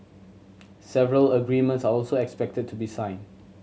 several agreements are also expected to be signed